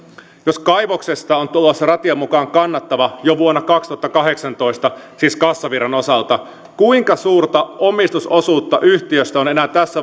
jos kaivoksesta on tulossa ratian mukaan kannattava jo vuonna kaksituhattakahdeksantoista siis kassavirran osalta kuinka suurta omistusosuutta yhtiöstä on enää